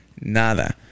nada